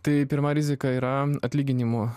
tai pirma rizika yra atlyginimo